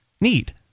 need